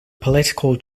political